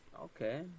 Okay